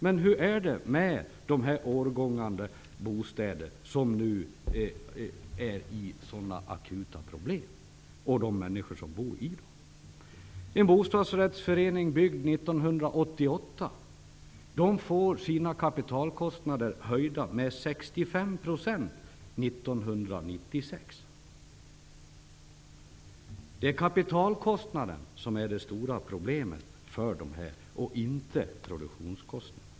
Men hur är det med de årgångar bostäder som just nu är i sådana akuta problem och med de människor som bor i dem? En bostadsrättsförening i hus som byggdes 1988 får sina kapitalkostnader höjda med 65 % 1996. Det stora problemet för dessa är kapitalkostnaden och inte produktionskostnaden.